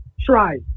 try